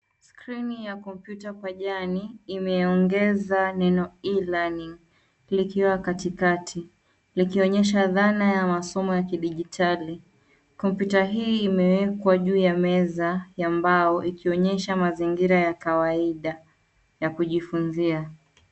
Skrini ya kompyuta pajani imeongeza neno E-Learning likiwa katikati, likionyesha dhana ya masomo ya kidijitali. Kompyuta hii imewekwa juu ya meza ya mbao ikionyesha mazingira ya kawaida ya kujifunzia.